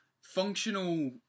functional